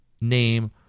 name